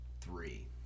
three